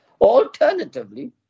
Alternatively